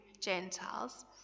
Gentiles